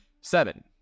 Seven